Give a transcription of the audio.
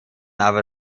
aber